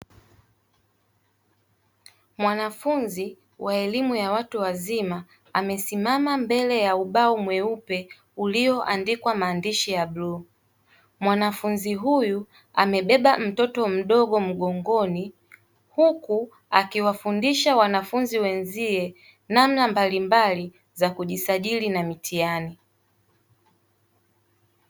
Mwanafunzi wa elimu ya watu wazima, amesimama mbele ya ubao mweupe ulioandikwa maandishi ya bluu. Mwanafunzi huyu amebeba mtoto mdogo mgongoni, huku akiwafundisha wanafunzi wenzie namna mbalimbali za kujisajili na mitihani.